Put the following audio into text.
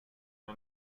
you